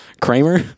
Kramer